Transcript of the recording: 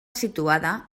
situada